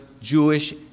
Jewish